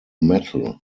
metal